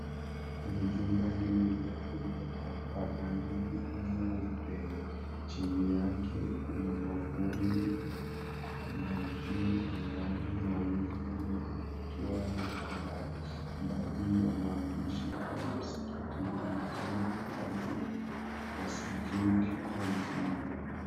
Kwenye jumba hili refu lililopakwa rangi nyeupe, chini yake kuna mwavuli, na juu angani mawingu meupe yakiwa yametanda. Baadhi ya maandishi katika msikiti huu ni kama ifuatavyo, Masjid Konzi.